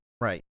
Right